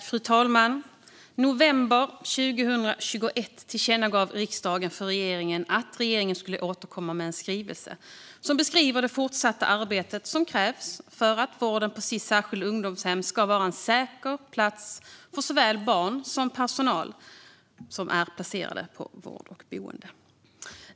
Fru talman! I november 2021 tillkännagav riksdagen för regeringen att regeringen skulle återkomma med en skrivelse som beskriver det fortsatta arbete som krävs för att Sis särskilda ungdomshem ska vara en säker plats för såväl personal som barn som är placerade där för vård och boende.